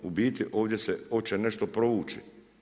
U biti ovdje se hoće nešto provući.